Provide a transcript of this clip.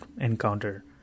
encounter